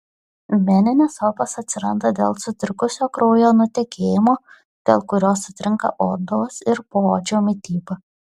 veninės opos atsiranda dėl sutrikusio kraujo nutekėjimo dėl kurio sutrinka odos ir poodžio mityba